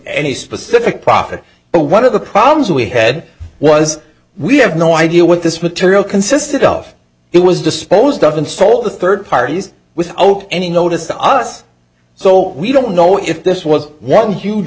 any specific profit but one of the problems we had was we have no idea what this material consisted of it was disposed of and sold the third parties with open any notice to us so we don't know if this was one huge